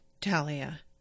Talia